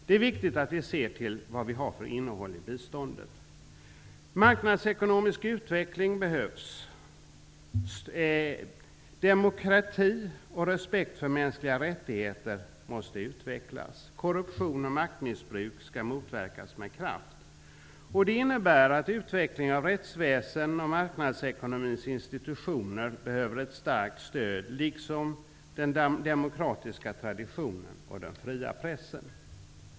Det är viktigt att se till innehållet i biståndet. Marknadsekonomisk utveckling behövs. Demokrati och respekt för mänskliga rättigheter måste utvecklas. Korruption och maktmissbruk skall motverkas med kraft. Det innebär att utveckling av rättsväsen och marknadsekonomins institutioner behöver vårt stöd, liksom även den demokratiska traditionen och den fria pressen.